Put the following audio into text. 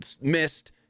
missed